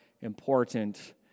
important